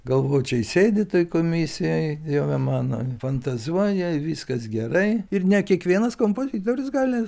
galvočiai sėdi toj komisijoj dieve mano fantazuoja viskas gerai ir ne kiekvienas kompozitorius gali